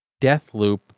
Deathloop